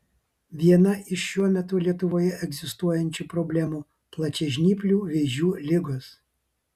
viena iš šiuo metu lietuvoje egzistuojančių problemų plačiažnyplių vėžių ligos